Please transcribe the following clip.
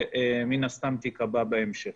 שמן הסתם תיקבע בהמשך.